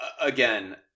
Again